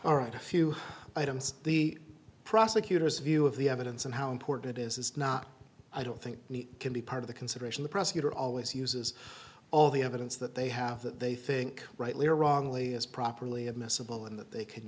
all right a few items the prosecutor's view of the evidence and how important it is is not i don't think can be part of the consideration the prosecutor always uses all the evidence that they have that they think rightly or wrongly is properly admissible and that they can